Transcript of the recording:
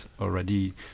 already